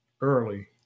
early